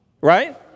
right